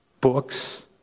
books